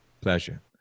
Pleasure